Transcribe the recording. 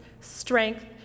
strength